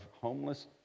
homeless